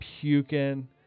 puking